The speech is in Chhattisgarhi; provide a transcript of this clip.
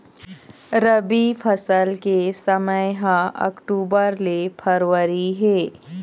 रबी फसल के समय ह अक्टूबर ले फरवरी हे